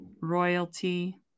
royalty